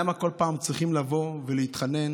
למה כל פעם צריכים לבוא ולהתחנן?